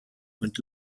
und